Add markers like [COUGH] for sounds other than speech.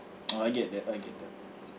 [NOISE] oh I get that I get that